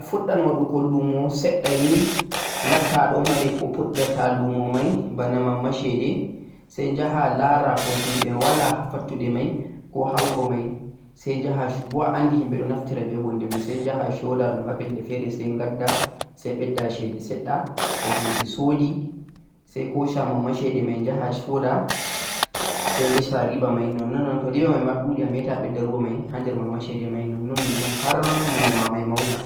toh fuddan wodugo sedda ni lett don mari furdotta lumo mei boona ma cede sai jahaa laara ko himbe wala partudu mei ko haa wuuro mei saijaha mo a andi himbe bedon naftira be hundu mei sai jaha soodaa ha bandu fere ti'en gaddaa cede sedda toh himbe soodi sai hoosa ma cede en jaha sooda sai dwsaa riba mei non-non riba mei don dhoodi hander mama mei non-non non-non har lumo ma mauna